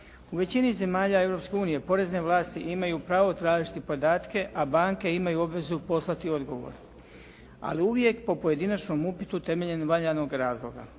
U većini zemalja Europske unije porezne vlasti imaju pravo tražiti podatke a banke imaju obvezu poslati odgovor. Ali uvijek po pojedinačnom upitu temeljem valjanog razloga.